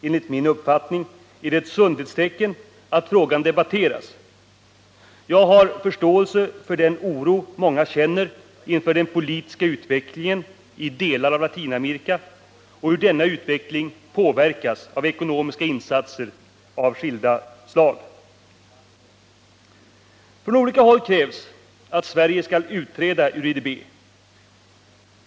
Enligt min uppfattning är det ett sundhetstecken att frågan debatteras. Jag har förståelse för den oro många känner inför den politiska utvecklingen i delar av Latinamerika och för hur denna utveckling påverkas av ekonomiska insatser av skilda slag. Från olika håll krävs att Sverige skall utträda ur IDB.